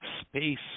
space